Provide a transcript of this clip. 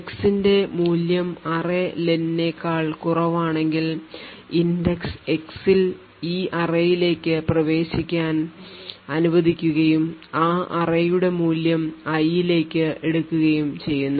X ന്റെ മൂല്യം array len ക്കാൾ കുറവാണെങ്കിൽ index X ൽ ഈ അറേയിലേക്ക് പ്രവേശിക്കാൻ അനുവദിക്കുകയും ആ array യുടെ മൂല്യം i ലേക്ക് എടുക്കുകയും ചെയ്യുന്നു